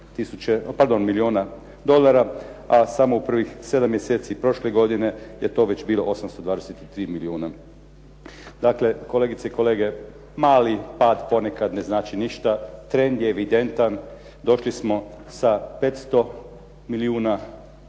milijuna dolara a samo u prvih sedam mjeseci prošle godine je to već bilo 823 milijuna. Dakle, kolegice i kolege mali pad ponekad ne znači ništa. Trend je evidentan. Došli smo sa 500 milijuna dolara